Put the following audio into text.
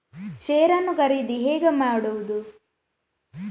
Share ನ್ನು ಖರೀದಿ ಹೇಗೆ ಮಾಡುವುದು?